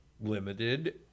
limited